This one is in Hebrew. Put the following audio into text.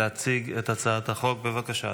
בבקשה,